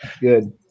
good